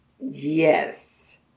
Yes